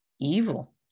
evil